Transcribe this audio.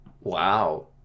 Wow